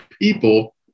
people